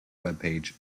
webpage